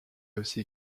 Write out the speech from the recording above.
aussi